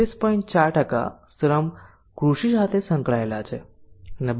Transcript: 4 શ્રમ કૃષિ સાથે સંકળાયેલા છે અને 22